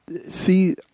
see –